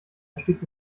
erstickt